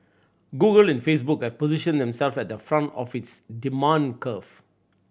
Google and Facebook are positioned themselves at the front of this demand curve